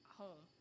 home